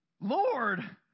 Lord